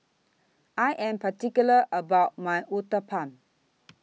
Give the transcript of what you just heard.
I Am particular about My Uthapam